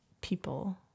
people